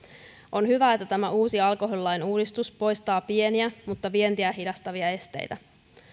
on hyvä että tämä uusi alkoholilain uudistus poistaa pieniä mutta vientiä hidastavia esteitä